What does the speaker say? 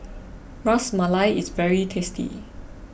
Ras Malai is very tasty